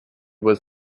was